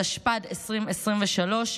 התשפ"ד 2023,